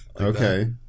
Okay